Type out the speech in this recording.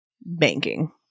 banking